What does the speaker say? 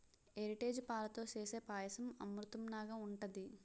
Heritage పాలతో సేసే పాయసం అమృతంనాగ ఉంటది